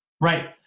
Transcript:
Right